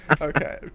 Okay